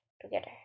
together